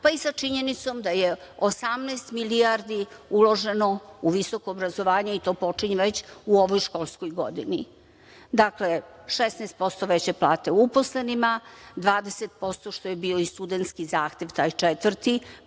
pa i sa činjenicom da je 18 milijardi uloženo u visoko obrazovanje i to počinje već u ovoj školskoj godini. Dakle, 16% veće plate uposlenima, 20% što je bio i studentski zahtev taj četvrti,